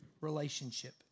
relationship